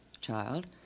child